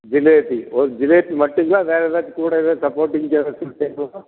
ஜிலேபி ஓ ஜிலேபி மட்டுங்களா வேறு எதாச்சும் கூடவே சப்போர்ட்டிங்க்கு வேறு எதாச்சும் சேர்க்கவா